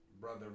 Brother